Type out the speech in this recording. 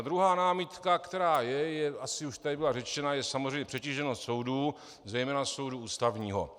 Druhá námitka, která je, asi už tady byla řečena, je samozřejmě přetíženost soudů, zejména soudu Ústavního.